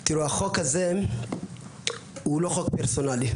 תיראו, החוק הזה הוא לא חוק פרסונלי.